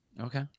Okay